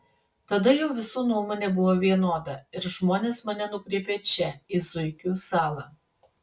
tada jau visų nuomonė buvo vienoda ir žmonės mane nukreipė čia į zuikių salą